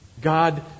God